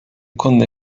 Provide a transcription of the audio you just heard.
conde